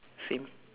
same